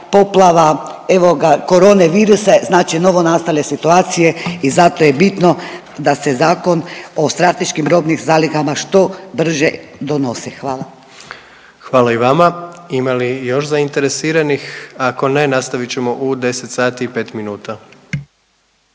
evo ga koronavirusa, znači novonastale situacije i zato je bitno da se Zakon o strateškim robnim zalihama što brže donosi, hvala. **Jandroković, Gordan (HDZ)** Hvala i vama. Ima li još zainteresiranih? Ako ne, nastavit ćemo u 10 sati i 5 minuta.